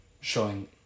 showing